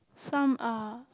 some ah